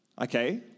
okay